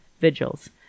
vigils